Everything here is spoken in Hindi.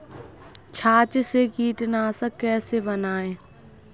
छाछ से कीटनाशक कैसे बनाएँ?